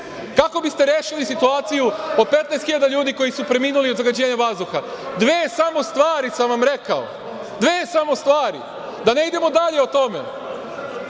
Kako biste rešili situaciju od 15.000 ljudi koji su preminuli od zagađenja vazduha? Dve samo stvari sam vam rekao, dve samo stvari, da ne idemo dalje o tome.